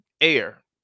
air